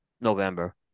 November